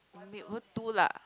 may put two lah